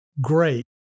Great